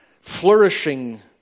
flourishing